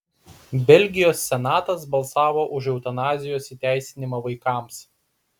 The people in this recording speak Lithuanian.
belgijos senatas balsavo už eutanazijos įteisinimą vaikams